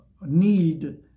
need